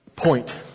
Point